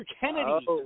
Kennedy